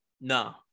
No